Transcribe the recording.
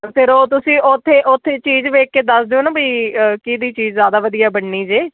ਫਿਰ ਉਹ ਤੁਸੀਂ ਉੱਥੇ ਉੱਥੇ ਚੀਜ਼ ਵੇਖ ਕੇ ਦੱਸ ਦਿਓ ਨਾ ਵੀ ਕਿਸਦੀ ਚੀਜ਼ ਜ਼ਿਆਦਾ ਵਧੀਆ ਬਣਨੀ ਜੇ